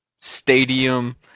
stadium